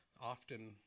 often